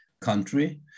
country